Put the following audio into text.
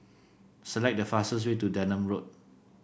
select the fastest way to Denham Road